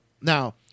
now